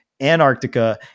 Antarctica